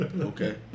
Okay